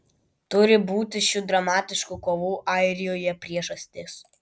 turi būti šių dramatiškų kovų airijoje priežastis